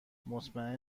مطمئن